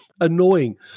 annoying